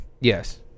Yes